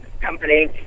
company